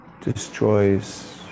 Destroys